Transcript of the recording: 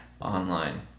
online